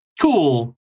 cool